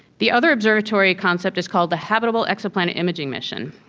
the other observatory concept is called the habitable exoplanet imaging mission.